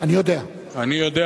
אני יודע,